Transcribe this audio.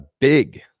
big